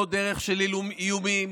לא דרך של איומים,